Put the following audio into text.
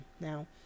now